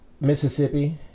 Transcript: Mississippi